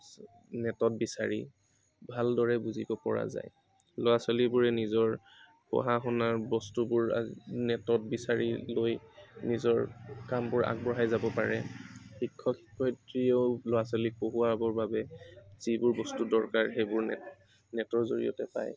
নেটত বিচাৰি ভালদৰে বুজিব পৰা যায় ল'ৰা ছোৱালীবোৰে নিজৰ পঢ়া শুনাৰ বস্তুবোৰ নেটত বিচাৰি লৈ নিজৰ কামবোৰ আগবঢ়াই যাব পাৰে শিক্ষক শিক্ষয়িত্ৰীয়েও ল'ৰা ছোৱালীক পঢ়োৱাবৰ বাবে যিবোৰ বস্তু দৰকাৰ সেইবোৰ নেট নেটৰ জৰিয়তে পায়